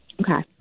Okay